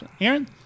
Aaron